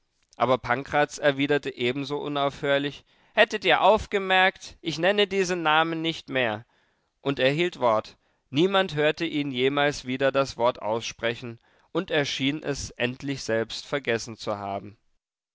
aber pankraz erwiderte ebenso unaufhörlich hättet ihr aufgemerkt ich nenne diesen namen nicht mehr und er hielt wort niemand hörte ihn jemals wieder das wort aussprechen und er schien es endlich selbst vergessen zu haben